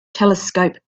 telescope